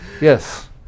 Yes